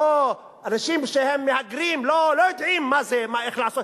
אנשים שהם מהגרים לא יודעים איך לעשות,